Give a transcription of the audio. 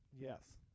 Yes